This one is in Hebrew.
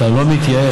אתה לא מתייאש.